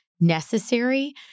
necessary